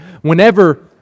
Whenever